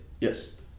Yes